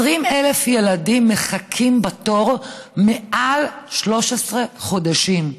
20,000 ילדים מחכים בתור מעל 13 חודשים.